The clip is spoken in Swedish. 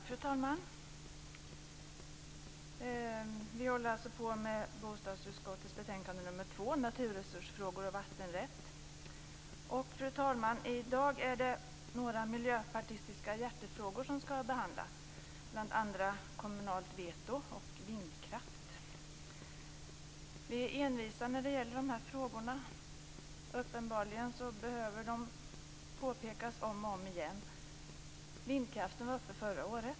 Fru talman! Vi behandlar alltså bostadsutskottets betänkande nr 2, Naturresursfrågor och vattenrätt. I dag är det några miljöpartistiska hjärtefrågor som ska behandlas, bl.a. om kommunalt veto och om vindkraft. Vi är envisa i de här frågorna. Uppenbarligen behöver man peka på dem om och om igen. Frågan om vindkraften var uppe förra året.